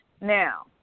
Now